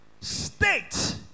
state